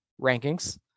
rankings